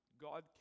God